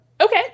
Okay